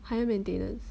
higher maintenance